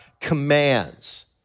commands